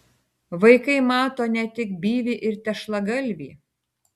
vaikai mato ne tik byvį ir tešlagalvį